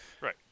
Right